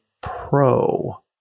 pro